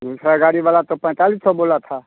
दूसरा गाड़ी वाला तो पैंतालीस सौ बोला था